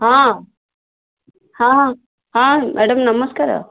ହଁ ହଁ ହଁ ମ୍ୟାଡ଼ାମ୍ ନମସ୍କାର